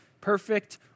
Perfect